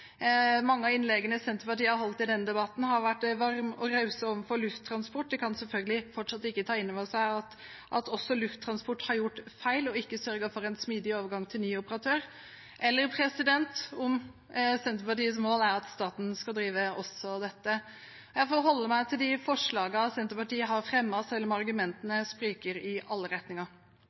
Mange av innleggene representanter fra Senterpartiet har holdt i denne debatten, har vært varme og rause overfor Lufttransport. De kan selvfølgelig fortsatt ikke ta inn over seg at også Lufttransport har gjort feil og ikke sørget for en smidig overgang til ny operatør. Eller er Senterpartiets mål at staten skal drive også dette? Jeg får holde meg til de forslagene Senterpartiet har fremmet, selv om argumentene spriker i alle retninger.